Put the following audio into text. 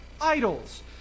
idols